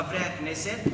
חברי הכנסת,